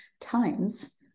times